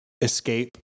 escape